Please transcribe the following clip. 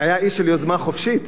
היה איש של יוזמה חופשית.